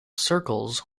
circles